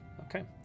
Okay